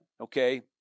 okay